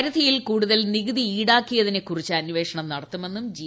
പരിധിയിൽ കുടൂതൽ നികുതി ഇൌടാക്കിയതിനെ കുറിച്ച് അന്വേഷണം നടത്തുമെന്നും ജി